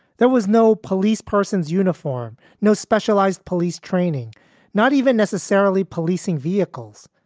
there was no police person's uniform, no specialized police training, not even necessarily policing vehicles.